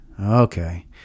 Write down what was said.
Okay